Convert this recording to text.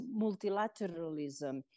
multilateralism